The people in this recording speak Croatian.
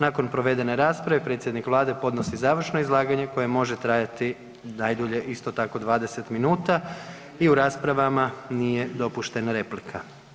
Nakon provedene rasprave predsjednik Vlade podnosi završno izlaganje koje može trajati najdulje isto tako 20 minuta i u raspravama nije dopuštena replika.